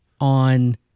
On